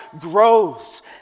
grows